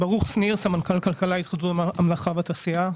סמנכ"ל כלכלה, התאחדות המלאכה והתעשייה.